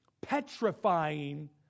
petrifying